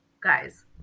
guys